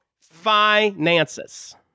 finances